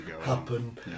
happen